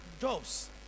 jobs